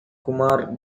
kumar